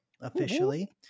officially